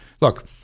Look